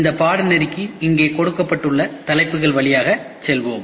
இந்த பாடநெறிக்கு இங்கே கொடுக்கப்பட்ட தலைப்புகள் வழியாக செல்வோம்